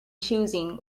choosing